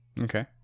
Okay